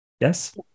yes